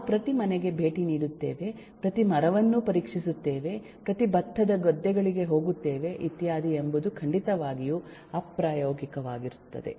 ನಾವು ಪ್ರತಿ ಮನೆಗೆ ಭೇಟಿ ನೀಡುತ್ತೇವೆ ಪ್ರತಿ ಮರವನ್ನು ಪರೀಕ್ಷಿಸುತ್ತೇವೆ ಪ್ರತಿ ಭತ್ತದ ಗದ್ದೆಗಳಿಗೆ ಹೋಗುತ್ತೇವೆ ಇತ್ಯಾದಿ ಎಂಬುದು ಖಂಡಿತವಾಗಿಯೂ ಅಪ್ರಾಯೋಗಿಕವಾಗುತ್ತದೆ